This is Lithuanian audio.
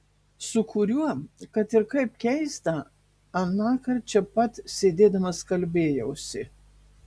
su kuriuo kad ir kaip keista anąkart čia pat sėdėdamas kalbėjausi